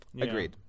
Agreed